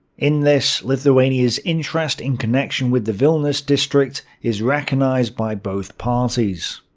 in this, lithuania's interest in connection with the vilnius district is recognised by both parties.